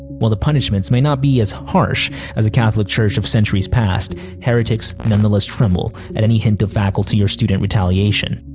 while the punishments may not be as harsh as the catholic church of centuries' past, heretics nonetheless tremble at any hint of faculty or student retaliation.